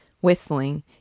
Whistling